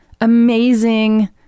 amazing